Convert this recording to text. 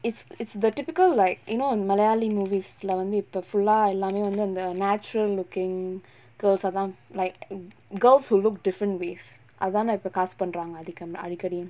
it's it's the typical like you know in malayali movies leh வந்து இப்ப:vanthu ippa full ah எல்லாமே வந்து அந்த:ellaamae vanthu antha natural looking girls ah தா:thaa like girls who look different ways அதான இப்ப:athaana ippa cast பண்றாங்க அதிகம் அடிக்கடி:pandraanga athigam adikkadi